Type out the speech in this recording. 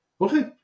Okay